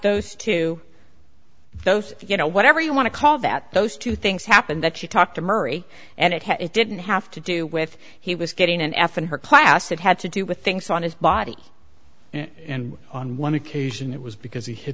those two those you know whatever you want to call that those two things happened that she talked to murray and it had it didn't have to do with he was getting an f in her class it had to do with things on his body and on one occasion it was because he hit